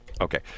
Okay